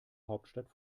hauptstadt